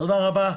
תודה רבה.